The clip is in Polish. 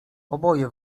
oboje